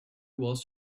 was